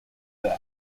death